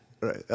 Right